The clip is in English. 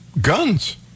guns